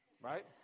Right